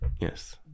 Yes